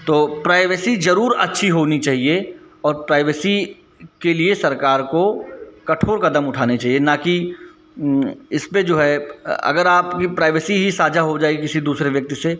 तो प्राइवेसी ज़रूर अच्छी होनी चाहिए और प्राइवेसी के लिए सरकार को कठोर कदम उठाने चाहिए न कि इस पर जो है अगर आपकी प्राइवेसी ही साझा हो जाएगी किसी दूसरे व्यक्ति से